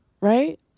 Right